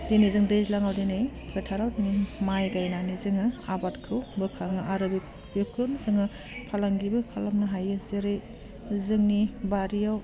दिनै जों दैज्लाङाव दिनै फोथाराव माइ गायनानै जोङो आबादखौ बोखाङो आरो बेखौनो जोङो फालांगिबो खालामनो हायो जेरै जोंनि बारियाव